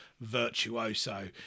virtuoso